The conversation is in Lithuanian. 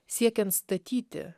siekiant statyti